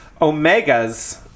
Omegas